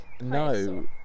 No